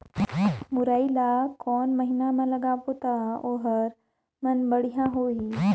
मुरई ला कोन महीना मा लगाबो ता ओहार मान बेडिया होही?